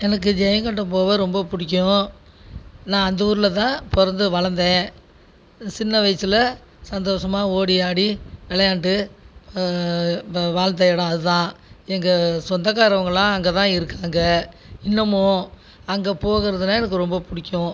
எனக்கு ஜெயகொண்டம் போக ரொம்ப பிடிக்கும் நான் அந்த ஊரில் தான் பிறந்து வளர்ந்தேன் சின்ன வயசில் சந்தோசமாக ஓடி ஆடி விளையாண்டு வ வாழ்ந்த இடம் அதுதான் எங்கள் சொந்தக்காரவங்கலாம் அங்கே தான் இருக்காங்க இன்னமும் அங்கே போகிறதுனா எனக்கு ரொம்ப பிடிக்கும்